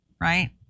right